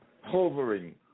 hovering